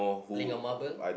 link of marble